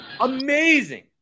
Amazing